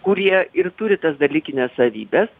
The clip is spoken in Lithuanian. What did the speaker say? kurie ir turi tas dalykines savybes